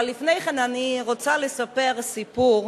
אבל לפני כן אני רוצה לספר סיפור,